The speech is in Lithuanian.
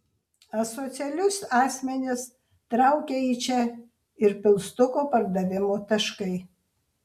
asocialius asmenis traukia į čia ir pilstuko pardavimo taškai